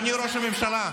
אדוני ראש הממשלה,